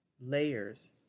layers